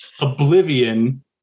oblivion